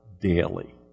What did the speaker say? daily